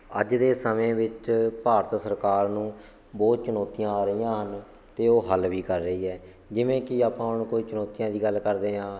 ਅੱਜ ਦੇ ਸਮੇਂ ਵਿੱਚ ਭਾਰਤ ਸਰਕਾਰ ਨੂੰ ਬਹੁਤ ਚੁਣੌਤੀਆਂ ਆ ਰਹੀਆਂ ਹਨ ਅਤੇ ਉਹ ਹੱਲ ਵੀ ਕਰ ਰਹੀ ਹੈ ਜਿਵੇਂ ਕਿ ਆਪਾਂ ਹੁਣ ਕੋਈ ਚੁਣੌਤੀਆਂ ਦੀ ਗੱਲ ਕਰਦੇ ਹਾਂ